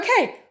okay